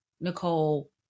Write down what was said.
Nicole